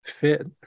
fit